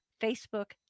Facebook